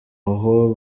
abo